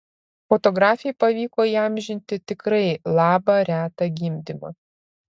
fotografei pavyko įamžinti tikrai labą retą gimdymą